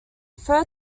refer